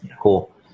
cool